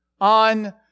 on